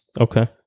Okay